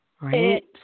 Right